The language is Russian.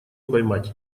поймать